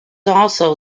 also